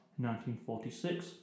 1946